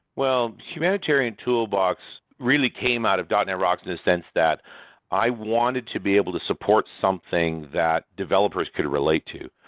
well, humanitarian toolbox really came out of net rocks! in a sense that i wanted to be able to support something that developers could relate to.